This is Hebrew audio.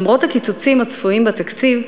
למרות הקיצוצים הצפויים בתקציב,